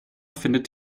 findet